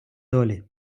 долі